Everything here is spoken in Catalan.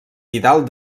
vidal